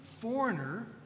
foreigner